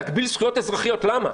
להגביל זכויות אזרחיות, למה?